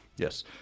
Yes